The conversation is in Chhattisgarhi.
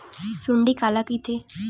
सुंडी काला कइथे?